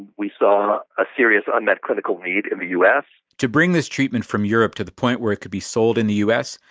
we saw a serious unmet clinical need in the u s to bring this treatment from europe to the point where it could be sold in the u s.